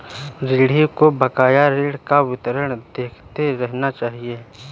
ऋणी को बकाया ऋण का विवरण देखते रहना चहिये